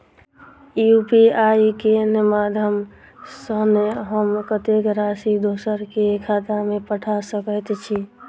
UPI केँ माध्यम सँ हम कत्तेक राशि दोसर केँ खाता मे पठा सकैत छी?